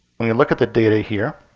when you look at the data here,